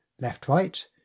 Left-right